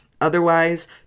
Otherwise